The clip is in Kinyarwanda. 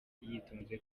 yitonze